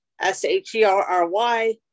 S-H-E-R-R-Y